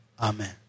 Amen